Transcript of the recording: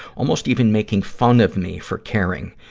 almost even making fun of me for caring.